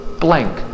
blank